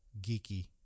geeky